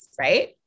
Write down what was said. right